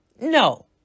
No